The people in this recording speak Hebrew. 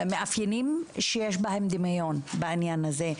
מאפיינים שיש בהם דמיון בעניין הזה,